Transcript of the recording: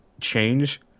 change